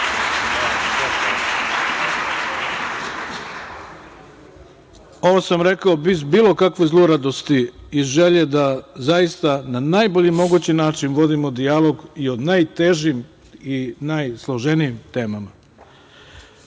sam rekao bez bilo kakve zluradosti i želje da zaista na najbolji mogući način vodimo dijalog i o najtežim i najsloženijim temama. Idemo